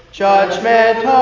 judgment